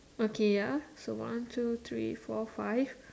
okay ya so one two three four five